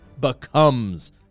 becomes